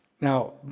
Now